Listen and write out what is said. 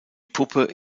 puppe